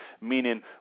meaning